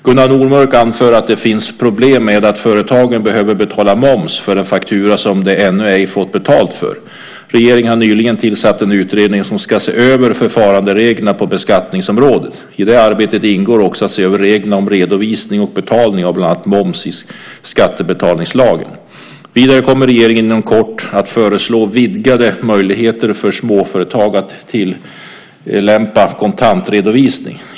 Gunnar Nordmark anför att det finns problem med att företagen behöver betala moms för en faktura som de ännu ej fått betalt för. Regeringen har nyligen tillsatt en utredning som ska se över förfarandereglerna på beskattningsområdet. I det arbetet ingår också att se över reglerna om redovisning och betalning av bland annat moms i skattebetalningslagen. Vidare kommer regeringen inom kort att föreslå vidgade möjligheter för småföretag att tillämpa kontantredovisning.